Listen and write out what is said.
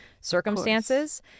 circumstances